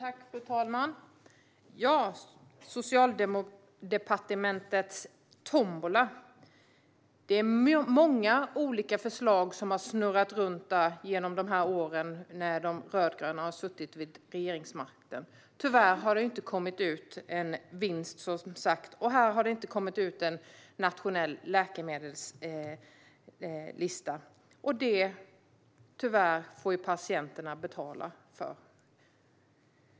Fru talman! Socialdepartementets tombola handlar om många olika förslag som har snurrat runt under de år då de rödgröna har suttit vid regeringsmakten. Tyvärr har som sagt ingen vinst kommit ut. Det har inte kommit ut någon nationell läkemedelslista. Detta får tyvärr patienterna betala för.